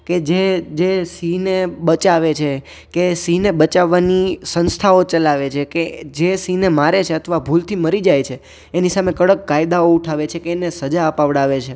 કે જે જે સિંહને બચાવે છે કે સિંહને બચાવાની સંસ્થાઓ ચલાવે છે કે જે સિંહને મારે છે કે અથવા ભૂલથી મરી જાય છે એની સામે કડક કાયદાઓ ઉઠાવે છે કે એને સજા અપાવડાવે છે